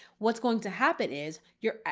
what's going to happen is you're,